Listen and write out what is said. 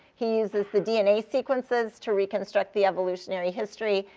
he uses the dna sequences to reconstruct the evolutionary history.